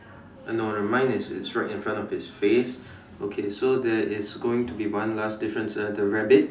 uh no no mine is is right in front of his face okay so there is going to be one last difference ah the rabbit